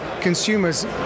consumers